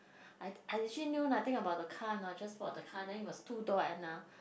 I I actually knew nothing about the car know I just bought the car then it was two door and uh